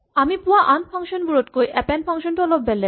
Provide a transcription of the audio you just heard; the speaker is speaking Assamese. আমি পোৱা আন ফাংচন বোৰতকৈ এপেন্ড ফাংচন টো অলপ বেলেগ